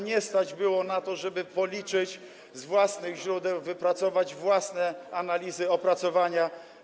nie stać było na to, żeby policzyć z własnych źródeł, wypracować własne analizy, opracowania.